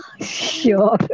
sure